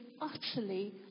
utterly